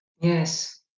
Yes